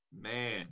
man